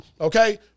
okay